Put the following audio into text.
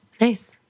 Nice